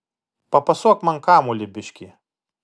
papasuok man kamuolį biškį